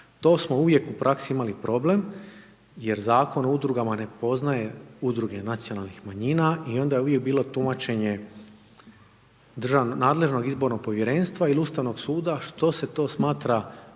To smo uvijek u praksi imali problem, jer Zakon o udrugama ne poznaje udruge nacionalnih manjina i onda je uvijek bilo tumačenje nadležnog izbornog povjerenstva il Ustavnog suda što se to smatra udrugom